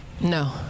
No